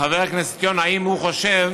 חבר הכנסת יונה אם הוא חושב